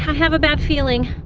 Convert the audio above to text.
have a bad feeling.